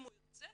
אם הוא ירצה